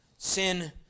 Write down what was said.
Sin